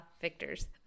victors